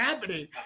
happening